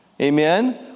amen